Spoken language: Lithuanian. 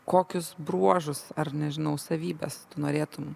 kokius bruožus ar nežinau savybes tu norėtum